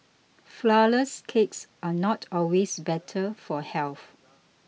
Flourless Cakes are not always better for health